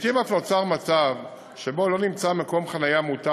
לעתים אף נוצר מצב שבו לא נמצא מקום חניה מותר